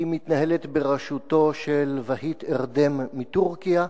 היא מתנהלת בראשותו של ואהיט ארדם מטורקיה,